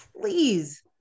please